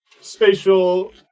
spatial